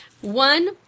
One